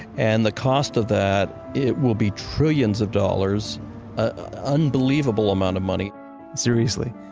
and the cost of that, it will be trillions of dollars, an unbelievable amount of money seriously,